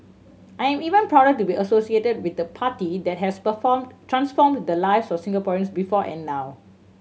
I am even prouder to be associated with the party that has performed transformed the lives of Singaporeans before and now